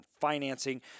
financing